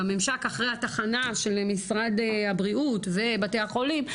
בממשק אחרי התחנה של משרד הבריאות ובתי החולים,